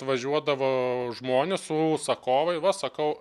atvažiuodavo žmonės užsakovai va sakau